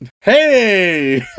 Hey